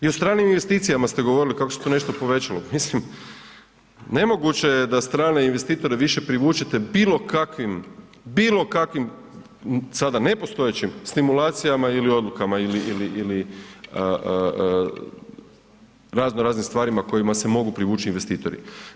I o stranim investicijama ste govorili kako se tu nešto povećalo, mislim, nemoguće je da strane investitore više privučete bilo kakvim, bilo kakvim, sada nepostojećim stimulacijama ili odlukama ili, ili, ili razno raznim stvarima kojima se mogu privući investitori.